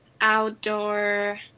outdoor